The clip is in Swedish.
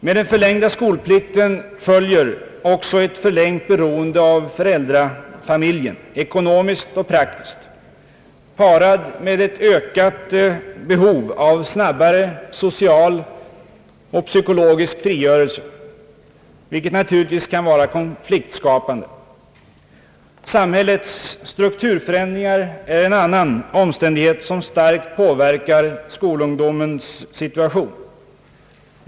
Med den förlängda skolplikten följer också ett förlängt beroende av föräldrafamiljen, ekonomiskt och praktiskt, parat med ett ökat behov av snabbare social och psykologisk frigörelse, vilket naturligtvis kan vara konfliktskapande. Samhällets strukturförändringar är en annan omständighet som starkt påverkar skolungdomens situation.